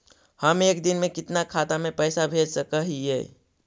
हम एक दिन में कितना खाता में पैसा भेज सक हिय?